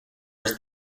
his